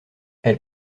elle